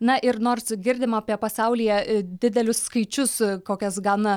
na ir nors girdime apie pasaulyje didelius skaičius kokias gana